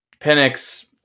Penix